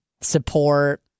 support